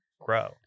grow